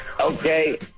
Okay